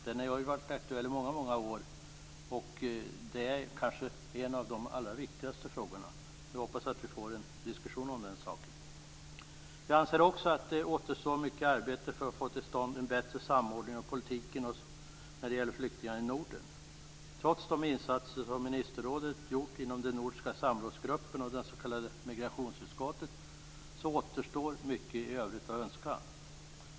Den har varit aktuell i många år. Det är kanske en av de allra viktigaste frågorna. Jag hoppas att vi får en diskussion om den saken. Vi anser också att det återstår mycket arbete för att få till stånd en bättre samordning av politiken när det gäller flyktingar i Norden. Trots de insatser som ministerrådet gjort inom den nordiska samrådsgruppen och det s.k. migrationsutskottet återstår mycket i övrigt att önska.